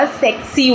sexy